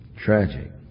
Tragic